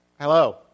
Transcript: Hello